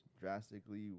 drastically